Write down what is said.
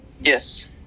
Yes